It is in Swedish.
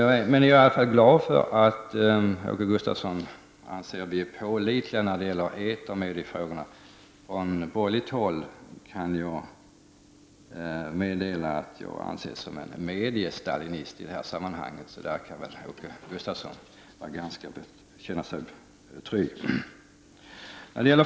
Jag är i alla fall glad över att Åke Gustavsson anser att vi är pålitliga när det gäller etermediefrågorna. Jag kan meddela att jag från borgerligt håll anses som en mediestalinist i det här sammanhanget, så Åke Gustavsson kan känna sig trygg.